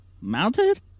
mounted